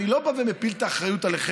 אני לא בא ומפיל את האחריות עליכם.